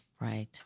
Right